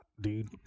dude